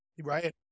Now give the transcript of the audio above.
right